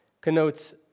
connotes